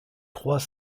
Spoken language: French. trois